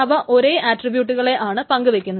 അവ ഒരേ ആട്രിബ്യൂട്ടുകളെയാണ് പങ്കുവയ്ക്കുന്നത്